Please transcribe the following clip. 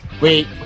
Wait